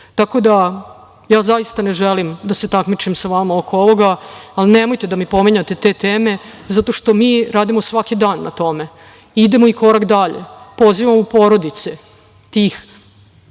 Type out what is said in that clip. da, ja zaista ne želim da se takmičim sa vama oko ovoga, ali nemojte da mi pominjete te teme, zato što mi radimo svaki dan na tome i idemo i korak dalje – pozivamo porodice tih